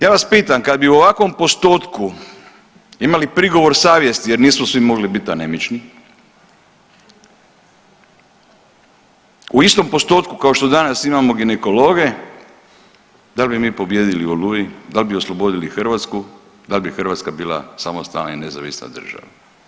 Ja vas pitam kad bi u ovakvom postotku imali prigovor savjesti jer nisu svi bit anemični, u istom postotku kao što danas imamo ginekologe da li bi mi pobijedili u Oluji, da li bi oslobodili Hrvatsku, da li bi Hrvatska bila samostalna i nezavisna država.